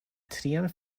trian